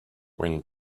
when